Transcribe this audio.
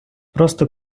просто